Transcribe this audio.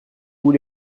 vous